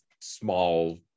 small